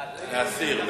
להסיר.